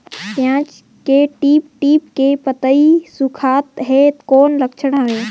पियाज के टीप टीप के पतई सुखात हे कौन लक्षण हवे?